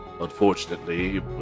unfortunately